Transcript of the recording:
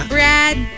Brad